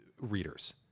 readers